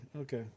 Okay